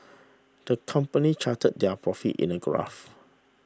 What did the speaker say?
the company charted their profits in a graph